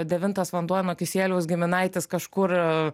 devintas vanduo nuo kisieliaus giminaitis kažkur